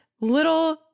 little